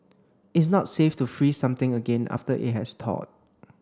it's not safe to freeze something again after it has thawed